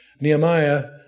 Nehemiah